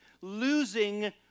losing